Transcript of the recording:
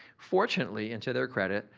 fortunately, and to their credit,